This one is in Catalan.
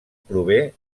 prové